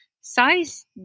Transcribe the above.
size